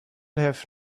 have